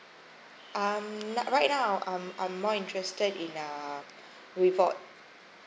um right now um I'm more interested in uh reward